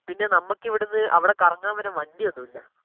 പിന്നെ നമുക്ക് ഇവിടെ നിന്ന് അവിടെ കറങ്ങാൻ വരാൻ വണ്ടി ഒന്നും ഇല്ല